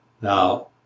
Now